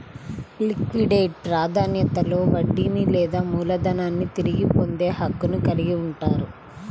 liquidate ప్రాధాన్యతలో వడ్డీని లేదా మూలధనాన్ని తిరిగి పొందే హక్కును కలిగి ఉంటారు